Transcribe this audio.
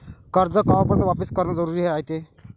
कर्ज कवापर्यंत वापिस करन जरुरी रायते?